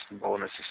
bonuses